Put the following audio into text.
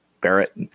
Barrett